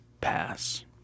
Pass